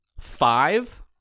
five